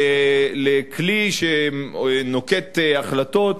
לכלי שנוקט החלטות.